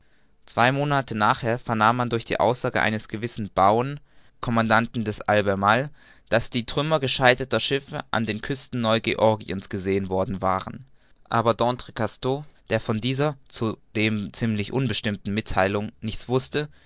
zwei monat nachher vernahm man durch die aussage eines gewissen bowen commandanten des albermale daß die trümmer gescheiterter schiffe an den küsten neu georgiens gesehen worden waren aber d'entrecasteaux der von dieser zudem ziemlich unbestimmten mittheilung nichts wußte